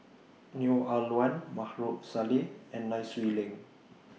Neo Ah Luan Maarof Salleh and Nai Swee Leng